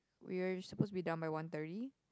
we are supposed to be done by one thirty